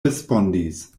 respondis